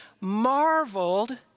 marveled